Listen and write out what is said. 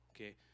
okay